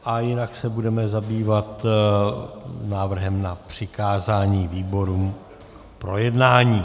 A jinak se budeme zabývat návrhem na přikázání výborům k projednání.